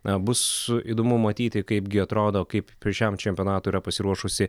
aa bus įdomu matyti kaipgi atrodo kaip šiam čempionatui yra pasiruošusi